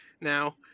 now